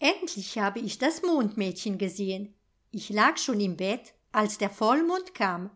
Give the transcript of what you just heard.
endlich habe ich das mondmädchen gesehen ich lag schon im bett als der vollmond kam